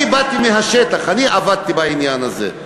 אני באתי מהשטח, אני עבדתי בעניין הזה,